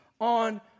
on